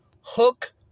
Hook